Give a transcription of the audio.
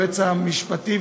היועץ המשפטי,